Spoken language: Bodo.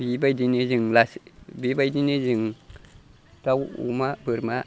बेबायदिनो जों लासै बेबायदिनो जों दाउ अमा बोरमा